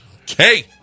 Okay